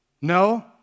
No